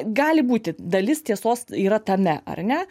gali būti dalis tiesos yra tame ar ne